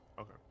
okay